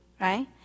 right